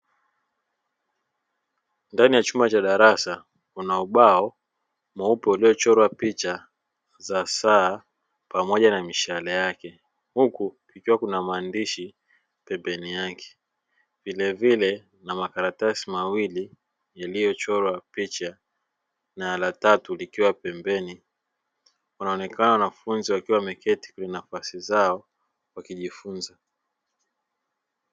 Ndani ya chumba cha darasa kuna ubao mweupe uliochorwa picha za saa pamoja na mishale yake; huku kukiwa kuna maandishi pembeni yake. Vilevile na makaratasi mawili yaliyochorwa picha na la tatu likiwa pembeni; wanaonekana wanafunzi wakiwa wameketi kwenye nafasi zao wakijifunza.